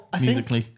Musically